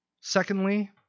Secondly